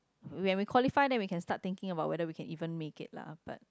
when we qualify then we can start thinking about whether we can even make it lah but